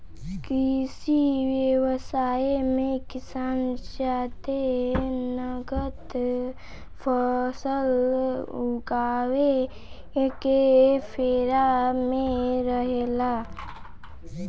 कृषि व्यवसाय मे किसान जादे नगद फसल उगावे के फेरा में रहेला